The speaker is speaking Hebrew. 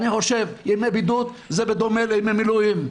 אני חושב שימי בידוד זה בדומה לימי מילואים,